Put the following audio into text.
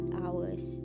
hours